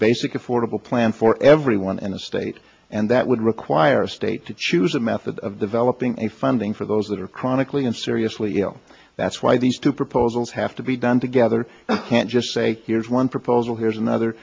basic affordable plan for everyone in the state and that would require states to choose a method of developing a funding for those that are chronically and seriously ill that's why these two proposals have to be done together can't just say here's one proposal here's another